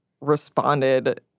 responded